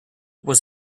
was